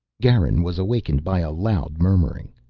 garin was awakened by a loud murmuring.